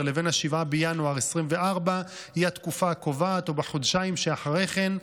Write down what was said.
לבין 7 בינואר 2024 היא התקופה הקובעת ובחודשיים שאחרי כן,